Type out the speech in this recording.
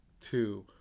two